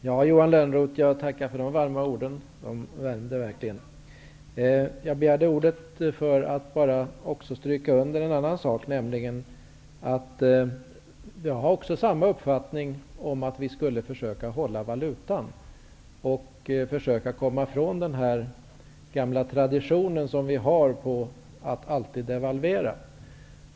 Herr talman! Jag tackar för dessa ord, Johan Lönnroth. De värmde verkligen. Jag begärde ordet för att bara stryka under en annan sak, nämligen att jag också har samma uppfattning om att vi skulle försöka hålla valutans värde och försöka komma från den gamla traditionen att alltid devalvera.